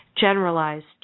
generalized